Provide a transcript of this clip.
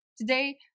Today